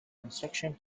construction